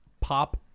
pop